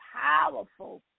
powerful